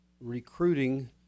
recruiting